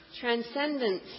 transcendence